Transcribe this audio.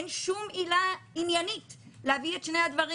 אין שום עילה עניינית להביא את שני הדברים